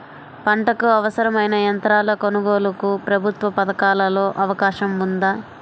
పంటకు అవసరమైన యంత్రాల కొనగోలుకు ప్రభుత్వ పథకాలలో అవకాశం ఉందా?